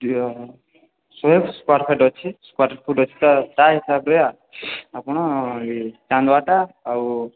ଇଏ ଶହେ ସ୍କୋୟାରଫିଟ୍ ଅଛି ସ୍କୋୟାରଫିଟ୍ଟା ତା ହିସାବରେ ଆପଣ ଚାନ୍ଦୁଆଟା ଆଉ